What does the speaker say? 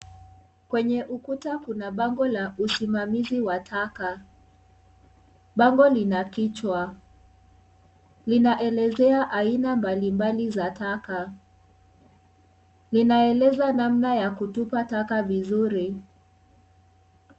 Kwenye ukuta kuna bango la usimamizi wa taka. Bango lina kichwa, linaelezea aina mbalimbali za taka. Linaelezea namna ya kutupa taka vizuri.